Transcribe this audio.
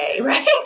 right